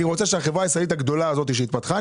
אני רוצה שהחברה הישראלית הגדולה הזאת שהתפתחה,